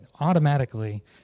automatically